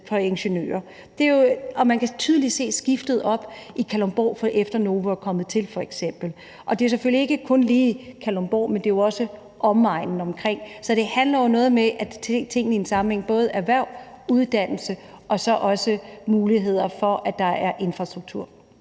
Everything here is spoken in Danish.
for ingeniører. Og man kan tydeligt se skiftet i Kalundborg, efter at Novo f.eks. er kommet til, og det er selvfølgelig ikke kun lige Kalundborg, men det er også omegnen rundtomkring. Så det handler jo om at se tingene i en sammenhæng, altså både erhverv og uddannelse, og at der også er muligheder for, at der er en infrastruktur.